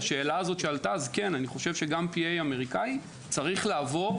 לשאלה שעלתה, כן גם P.A אמריקני צריך לעבור